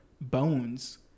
bones